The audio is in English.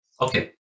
Okay